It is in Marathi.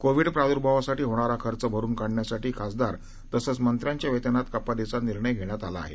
कोविड प्राद्भावासाठी होणारा खर्च भरून काढण्यासाठी खासदार तसंच मंत्र्यांच्या वेतनात कपातीचा निर्णय घेण्यात आला आहे